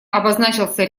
обозначился